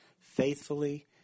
faithfully